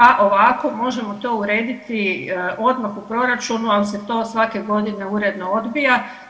A ovako možemo to urediti odmah u proračunu ali se to svake godine uredno odbija.